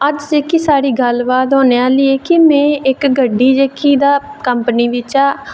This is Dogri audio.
अज्ज जेह्की साढ़ी गल्ल बात होने आह्ली ऐ कि में इक्क गड्डी जेह्की कंपनी बिच्चा